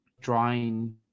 drawing